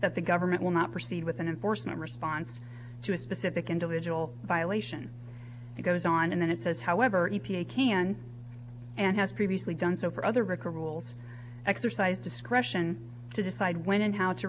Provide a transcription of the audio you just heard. that the government will not proceed with an enforcement response to a specific individual violation it goes on and then it says however e p a can and has previously done so for other rekha rules exercise discretion to decide when and how to